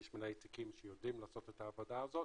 יש מנהלי תיקים שיודעים לעשות את העבודה הזאת